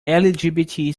lgbt